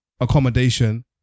accommodation